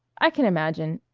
i can imagine,